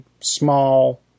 small